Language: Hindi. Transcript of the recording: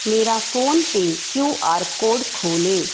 मेरा फ़ोन पे क्यू आर कोड खोलें